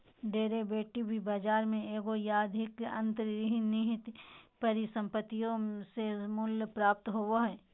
derivative बाजार में एगो या अधिक अंतर्निहित परिसंपत्तियों से मूल्य प्राप्त होबो हइ